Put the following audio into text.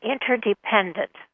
interdependent